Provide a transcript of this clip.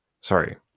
Sorry